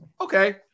Okay